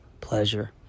pleasure